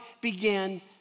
began